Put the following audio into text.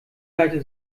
seite